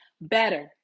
better